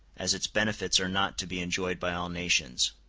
as its benefits are not to be enjoyed by all nations.